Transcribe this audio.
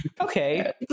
Okay